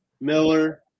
Miller